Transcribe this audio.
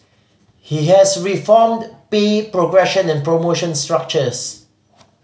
he has reformed pay progression and promotion structures